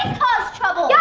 cause trouble! yeah